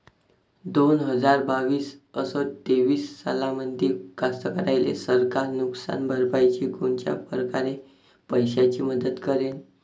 दोन हजार बावीस अस तेवीस सालामंदी कास्तकाराइले सरकार नुकसान भरपाईची कोनच्या परकारे पैशाची मदत करेन?